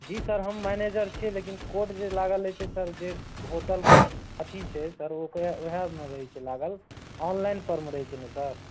जी sir हम manager छी लेकिन कोड जे लागल रहैत छै सर जे होटलके अथी छै सर ओकरा ओएहमे रहैत छै लागल ऑनलाइन पेमेंट रहैत छै ने सर